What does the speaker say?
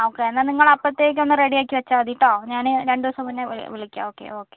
okay എന്നാൽ നിങ്ങൾ അപ്പോഴ്ത്തേക്കൊന്ന് റെഡി ആക്കി വെച്ചാൽ മതി കേട്ടോ ഞാൻ രണ്ട് ദിവസം മുന്നേ വിളിക്കാം ഓക്കേ ഓക്കേ